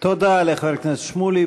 תודה לחבר הכנסת שמולי.